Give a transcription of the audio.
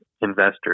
investors